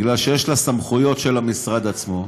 כי יש סמכויות של המשרד עצמו.